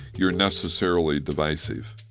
you're necessarily divisive,